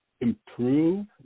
improve